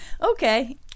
Okay